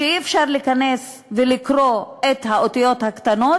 שאי-אפשר להיכנס ולקרוא את האותיות הקטנות,